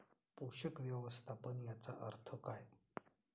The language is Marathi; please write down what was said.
पोषक व्यवस्थापन याचा अर्थ काय?